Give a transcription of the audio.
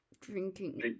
drinking